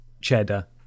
cheddar